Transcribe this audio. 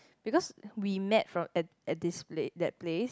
because we met from at at this pla~ that place